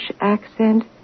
accent